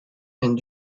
and